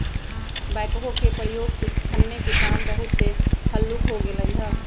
backhoe के प्रयोग से खन्ने के काम बहुते हल्लुक हो गेलइ ह